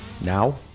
Now